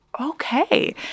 okay